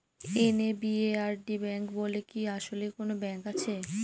NABARD bank বলে কি আসলেই কোনো ব্যাংক আছে?